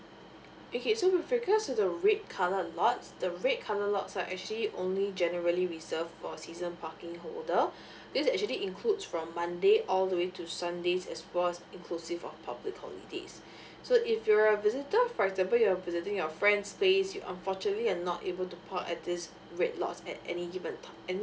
okay so with regards to the red colour lots the red colour lots are actually only generally reserved for season parking holder this actually includes from monday all the way to sunday as well inclusive of public holidays so if you're a visitor for example you're visiting your friend space you unfortunately are not able to park at this red lots at any given